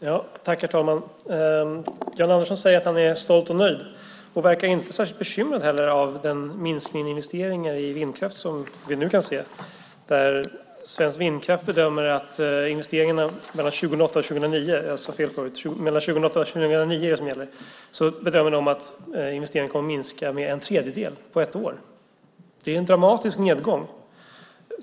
Herr talman! Jan Andersson säger att han är stolt och nöjd. Han verkar inte särskild bekymrad över den minskning i investeringarna i vindkraft som vi nu kan se. Svensk Vindkraft bedömer att investeringarna 2008-2009, på ett år - jag sade fel tidigare - kommer att minska med en tredjedel. Det är en dramatisk nedgång.